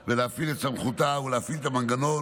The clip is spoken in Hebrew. להפעיל את סמכותה ולהפעיל את המנגנון.